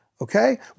okay